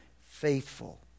faithful